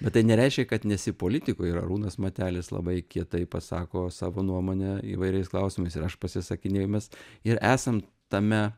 bet tai nereiškia kad nesi politikoj ir arūnas matelis labai kietai pasako savo nuomonę įvairiais klausimais ir aš pasisakinėju mes ir esam tame